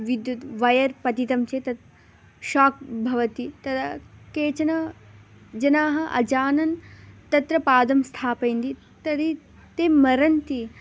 विद्युत् वयर् पतितं चेत् तत् शाक् भवति तदा केचन जनाः अजानन् तत्र पादं स्थापयन्ति तर्हि ते मरन्ति